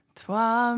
toi